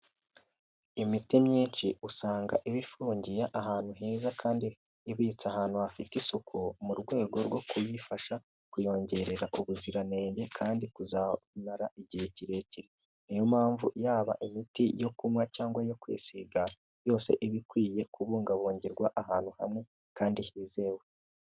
Imiti myinshi usanga iba ifungiye ahantu heza kandi ibitse ahantu hafite isuku mu rwego rwo kuyifasha kuyongerera ubuziranenge kandi kuzamara igihe kirekire, niyo mpamvu yaba imiti yo kunywa cyangwa yo kwisiga yose iba ikwiye kubungabungirwa ahantu hamwe kandi hizewe.